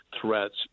threats